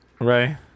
Right